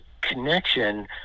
connection